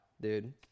dude